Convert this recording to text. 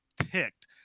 ticked